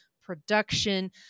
production